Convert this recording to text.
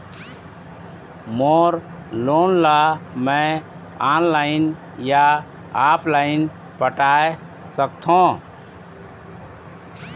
मोर loan ला मैं online या ऑफलाइन पटाए सकथों?